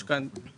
יש כאן התערבות